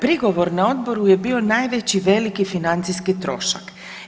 Prigovor na odboru je bio najveći veliki financijski trošak.